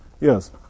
Yes